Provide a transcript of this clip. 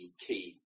key